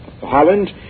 Holland